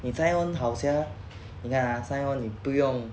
sign on 好 sia 你看 ah sign on 你不用